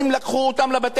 לקחו אותם לבתי-משפט,